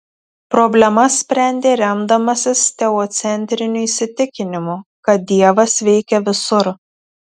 problemas sprendė remdamasis teocentriniu įsitikinimu kad dievas veikia visur